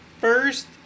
first